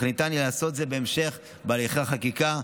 אך ניתן יהיה לעשות זאת בהמשך הליכי החקיקה.